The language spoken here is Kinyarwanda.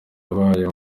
yabaye